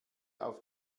auf